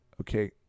okay